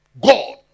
God